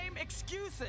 excuses